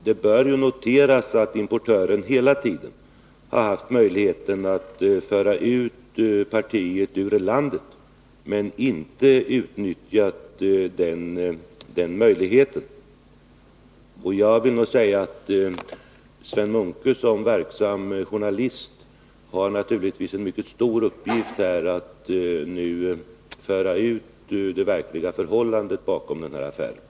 Det bör noteras att importören hela tiden haft möjlighet att föra ut partiet ur landet men inte utnyttjat den. Sven Munke som verksam journalist har en mycket stor uppgift, nämligen Nr 50 att nu föra ut information om de verkliga förhållandena i den här Fredagen den